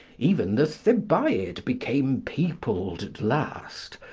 even the thebaid became peopled at last.